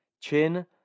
Chin